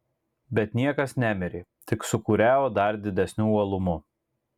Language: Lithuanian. bet niekas nemirė tik sūkuriavo dar didesniu uolumu